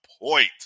point